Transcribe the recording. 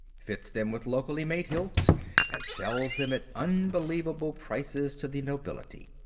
fits them with locally-made hilts and sells them at unbelievable prices to the nobility.